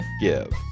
give